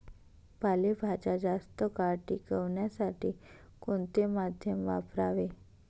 पालेभाज्या जास्त काळ टिकवण्यासाठी कोणते माध्यम वापरावे?